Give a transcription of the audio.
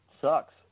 sucks